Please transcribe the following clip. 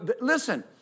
Listen